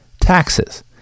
taxes